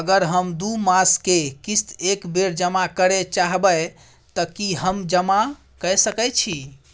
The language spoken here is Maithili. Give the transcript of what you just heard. अगर हम दू मास के किस्त एक बेर जमा करे चाहबे तय की हम जमा कय सके छि?